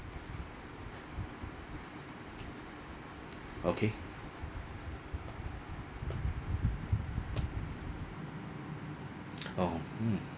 okay oh mm